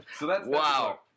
wow